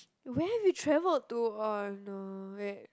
where have we travel to oh no wait